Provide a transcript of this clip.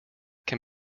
can